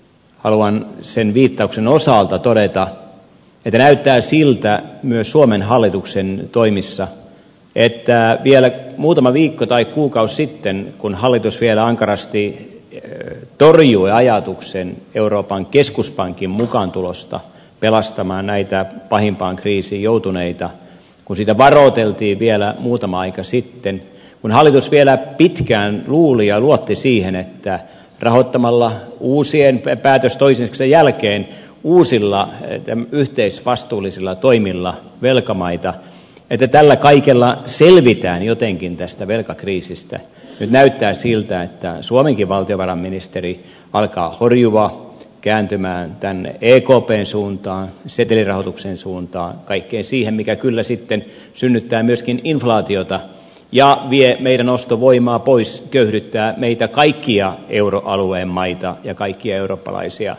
haluan sen viittauksen osalta todeta että näyttää siltä myös suomen hallituksen toimissa että kun vielä muutama viikko tai kuukausi sitten hallitus vielä ankarasti torjui ajatuksen euroopan keskuspankin mukaantulosta pelastamaan näitä pahimpaan kriisiin joutuneita kun siitä varoiteltiin vielä muutama aika sitten kun hallitus vielä pitkään luuli ja luotti siihen että rahoittamalla päätös toisensa jälkeen uusilla yhteisvastuullisilla toimilla velkamaita että tällä kaikella selvitään jotenkin tästä velkakriisistä niin nyt näyttää siltä että suomenkin valtiovarainministeri alkaa horjua kääntyä tänne ekpn suuntaan setelirahoituksen suuntaan kaikkeen siihen mikä kyllä sitten synnyttää myöskin inflaatiota ja vie meidän ostovoimaamme pois köyhdyttää meitä kaikkia euroalueen maita ja kaikkia eurooppalaisia